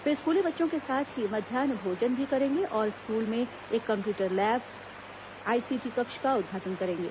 वे स्कूली बच्चों के साथ ही मध्याह भोजन भी करेंगे और स्कूल में एक कंप्यूटर लैब आईसीटी कक्ष का उद्घाटन करेंगे